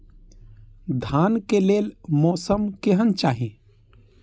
धान के लेल मौसम केहन चाहि?